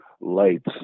lights